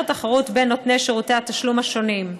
תחרות בין נותני שירותי התשלום השונים.